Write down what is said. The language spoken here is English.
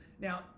now